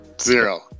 Zero